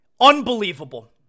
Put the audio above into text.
Unbelievable